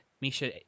misha